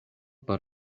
por